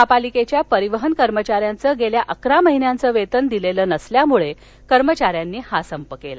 महापालिकेच्या परिवहन कर्मचाऱ्यांचं गेल्या अकरा महिन्याचं वेतन दिलेलं नसल्यामुळे कर्मचाऱ्यांनी हा संप केला